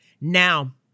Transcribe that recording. Now